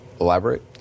elaborate